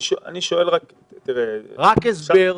רק הסבר,